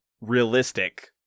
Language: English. realistic